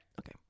Okay